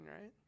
right